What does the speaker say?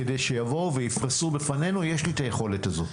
כדי שיבואו ויפרשו לפנינו, יש לי היכולת הזאת.